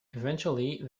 eventually